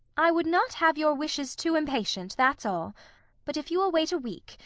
i would not have your wishes too impatient, that's all but if you will wait a week,